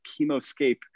chemoscape